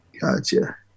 Gotcha